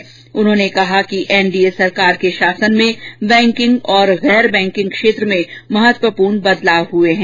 प्रधानमंत्री ने कहा कि एनडीए सरकार के शासन में बैकिंग और गैर बैकिंग क्षेत्र में महत्वपूर्ण बदलाव हुए हैं